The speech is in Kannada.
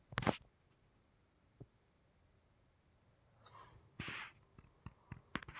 ಸಾವಯುವ ಗೊಬ್ಬರಕ್ಕ ಕಡಮಿ ಖರ್ಚು ರಸಾಯನಿಕಕ್ಕ ಹೆಚಗಿ ರೊಕ್ಕಾ ಬೇಕ